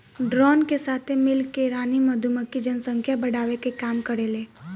drone के साथे मिल के रानी मधुमक्खी जनसंख्या बढ़ावे के काम करेले